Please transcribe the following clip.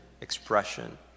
expression